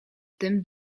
tym